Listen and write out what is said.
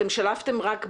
כלומר, אתם שלפתם רק בדואים?